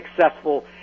successful